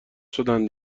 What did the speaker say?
شدن